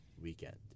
weekend